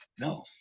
No